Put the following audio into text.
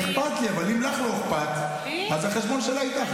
אכפת לי, אבל אם לך לא אכפת, אז החשבון שלה איתך,